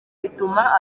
bituma